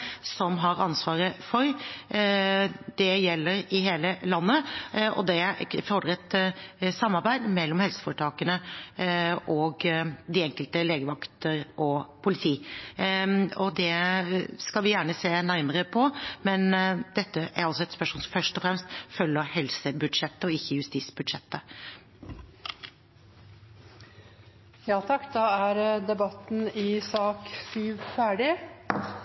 som har ansvaret for. Det gjelder i hele landet. Det fordrer et samarbeid mellom helseforetakene og de enkelte legevakter og politi. Det skal vi gjerne se nærmere på, men dette er et spørsmål som først og fremst følger helsebudsjettet og ikke justisbudsjettet. Da er debatten i sak nr. 7 ferdig.